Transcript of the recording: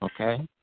Okay